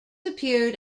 appeared